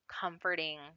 comforting